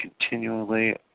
continually